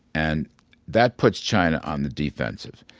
and that puts china on the defensive.